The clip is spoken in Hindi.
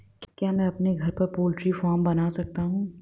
क्या मैं अपने घर पर पोल्ट्री फार्म बना सकता हूँ?